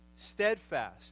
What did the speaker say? steadfast